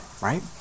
right